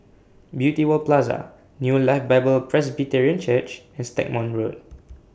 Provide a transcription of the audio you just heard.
Beauty World Plaza New Life Bible Presbyterian Church as Stagmont Road